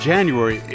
January